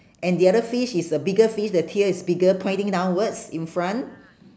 and the other fish is a bigger fish the tail is bigger pointing downwards in front